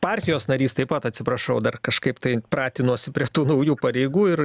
partijos narys taip pat atsiprašau dar kažkaip tai pratinuosi prie tų naujų pareigų ir